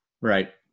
Right